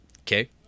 Okay